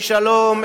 עם שלום,